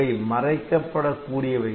இவை மறைக்கப்படக் கூடியவை